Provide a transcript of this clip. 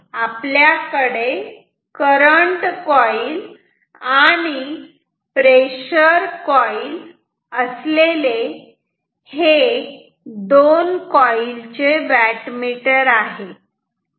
त्यासाठी आपल्याकडे current coil आणि प्रेशर कॉइल असलेले हे दोन कॉइल चे व्याटमीटर आहे